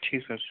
ٹھیٖک حظ چھُ